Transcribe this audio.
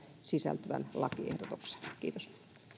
sisältyvän lakiehdotuksen kiitos